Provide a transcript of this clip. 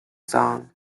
song